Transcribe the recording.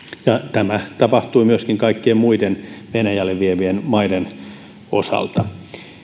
tämä tapahtui myöskin kaikkien muiden venäjälle vievien maiden osalta